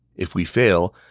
if we fail,